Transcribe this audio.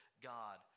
God